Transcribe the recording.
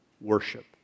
Worship